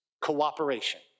cooperation